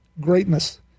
greatness